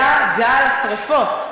היה גל השרפות.